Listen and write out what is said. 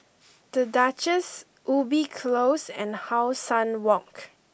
The Duchess Ubi Close and How Sun Walk